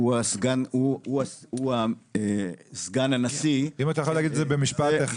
הוא הסגן הנשיא --- אם אתה יכול להגיד במשפט אחד.